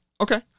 Okay